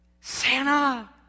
Santa